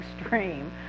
extreme